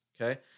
Okay